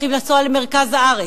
צריכים לנסוע למרכז הארץ,